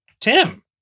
Tim